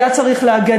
היה צריך להגן